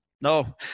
no